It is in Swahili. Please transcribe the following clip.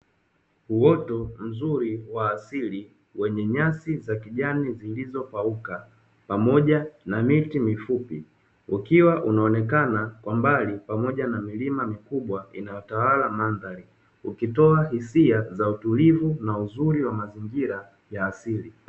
Uoto mzuri wa asili wenye nyasi za kijani zilizopauka pamoja na miti mifupi, ukiwa unaonekana kwa mbali pamoja na milima mikubwa inayotawala mandhari. Ukitoa hisia za utulivu na uzuri wa mazingira ya asili.